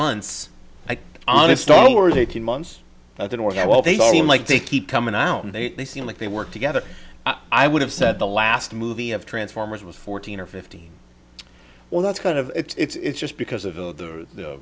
months on a star wars eighteen months that didn't work out well they don't seem like they keep coming out and they seem like they work together i would have said the last movie of transformers was fourteen or fifteen well that's kind of it's just because of the